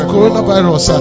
Coronavirus